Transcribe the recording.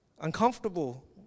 uncomfortable